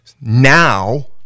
Now